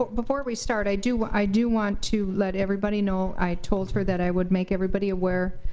but before we start i do but i do want to let everybody know, i told her that i would make everybody aware,